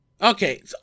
Okay